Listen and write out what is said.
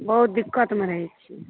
बहुत दिक्क्तमे रहै छी